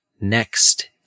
next